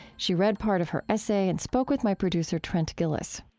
she read part of her essay and spoke with my producer, trent gilliss